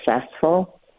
successful